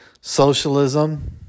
socialism